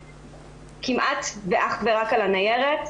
וכמעט ואך ורק על הניירת.